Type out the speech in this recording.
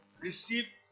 receive